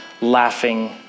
laughing